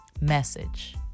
message